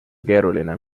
keeruline